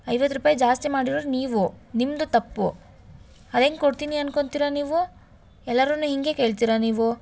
ಐವತ್ತು ರೂಪಾಯಿ ಜಾಸ್ತಿ ಮಾಡಿರೋರು ನೀವು ನಿಮ್ಮದು ತಪ್ಪು ಅದು ಹೆಂಗ್ ಕೊಡ್ತೀನಿ ಅಂದ್ಕೊಂತೀರಾ ನೀವು ಎಲ್ಲರನ್ನು ಹಿಂಗೆ ಕೇಳ್ತೀರಾ ನೀವು